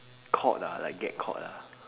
caught ah like get caught ah